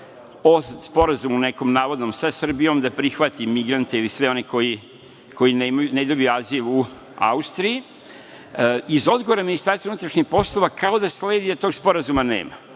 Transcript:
o sporazumu nekom navodnom sa Srbijom, da prihvati migrante ili sve one koji ne dobiju azil u Austriji. Iz odgovora Ministarstva unutrašnjih poslova kao da sledi da tog sporazuma nema.